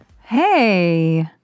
Hey